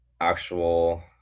actual